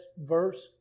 verse